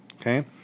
Okay